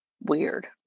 Weird